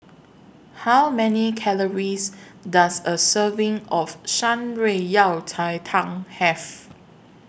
How Many Calories Does A Serving of Shan Rui Yao Cai Tang Have